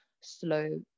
slow